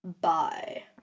Bye